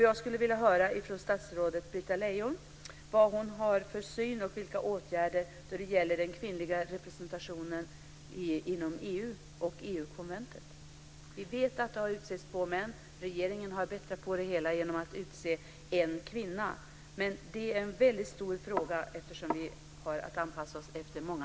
Jag skulle vilja höra från statsrådet Britta Lejon vad hon har för syn på detta och vilka åtgärder hon funderar på inom EU och EU-konventet. Vi vet att det har utsetts två män. Regeringen har bättrat på det hela genom att utse en kvinna. Det är en väldigt stor fråga eftersom vi har att anpassa oss efter många